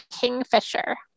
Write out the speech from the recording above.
Kingfisher